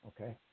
okay